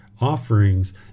offerings